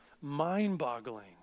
mind-boggling